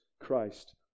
christ